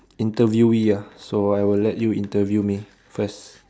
interviewee ah so I will let you interview me first